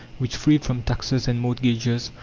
which, freed from taxes and mortgages,